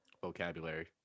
vocabulary